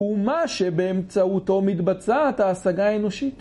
ומה שבאמצעותו מתבצעת ההשגה האנושית.